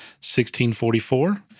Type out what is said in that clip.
1644